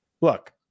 look